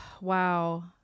Wow